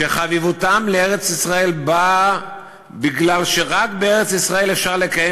שחביבותם לארץ-ישראל באה מכך שרק בארץ-ישראל אפשר לקיים